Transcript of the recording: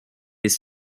les